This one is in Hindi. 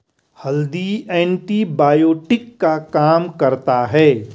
हल्दी एंटीबायोटिक का काम करता है